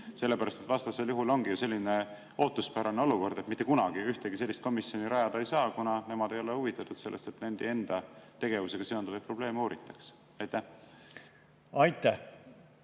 Sellepärast et vastasel juhul ongi selline ootuspärane olukord, et mitte kunagi ühtegi sellist komisjoni rajada ei saa, kuna nemad ei ole huvitatud sellest, et nende enda tegevusega seonduvaid probleeme uuritaks. Suur